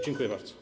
Dziękuję bardzo.